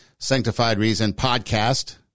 SanctifiedReasonPodcast